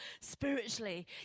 spiritually